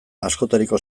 askotariko